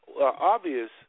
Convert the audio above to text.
Obvious